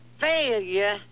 failure